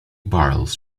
barrels